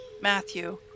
Matthew